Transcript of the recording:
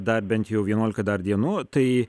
dar bent jau vienuolika dar dienų tai